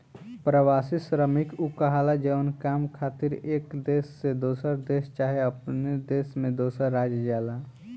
प्रवासी श्रमिक उ कहाला जवन काम खातिर एक देश से दोसर देश चाहे अपने देश में दोसर राज्य जाला